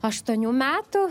aštuonių metų